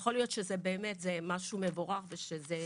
יכול להיות באמת שזה משהו מבורך ושזה